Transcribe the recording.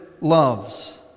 loves